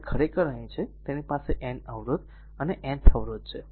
તેથી આ ખરેખર અહીં છે તેની પાસે N અવરોધ અને Nth અવરોધ છે